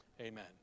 amen